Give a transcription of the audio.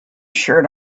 shirt